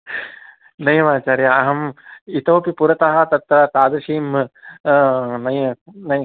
नैव आचार्य अहं इतोपि पुरतः तत्त तादृशीं